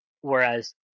Whereas